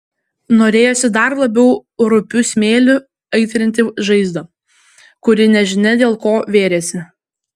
norėjosi dar labiau rupiu smėliu aitrinti žaizdą kuri nežinia dėl ko vėrėsi